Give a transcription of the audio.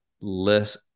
less